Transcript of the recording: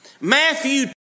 Matthew